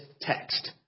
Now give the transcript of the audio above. text